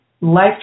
life